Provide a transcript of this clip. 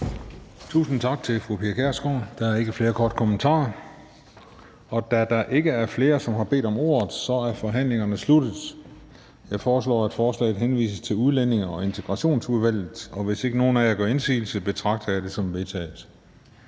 Tusind tak til fru Pia Kjærsgaard. Der er ikke flere korte bemærkninger. Da der ikke er flere, som har bedt om ordet, er forhandlingen sluttet. Jeg foreslår, at forslaget henvises til Udlændinge- og Integrationsudvalget. Hvis ikke nogen af jer gør indsigelse, betragter jeg det som vedtaget.